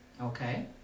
Okay